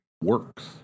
works